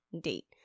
date